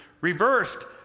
reversed